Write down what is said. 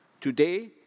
today